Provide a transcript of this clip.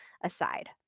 aside